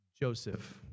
Joseph